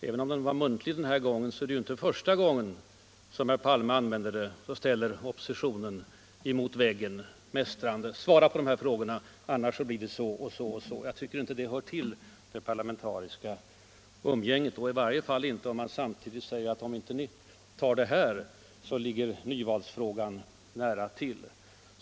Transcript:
Även om förhöret i dag var muntligt så var det ju inte första gången herr Palme försökte ställa oppositionen mot väggen, mästrande: Svara på de här frågorna, annars blir det så och så och så! Jag tycker inte att det hör till det parlamentariska umgänget, i varje fall inte om man samtidigt säger: Om inte ni tar det här, då ligger nyvalet nära till.